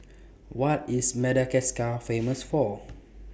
What IS Madagascar Famous For